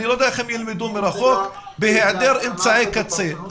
אני לא יודע איך הם ילמדו מרחוק בהיעדר אמצעי קצה.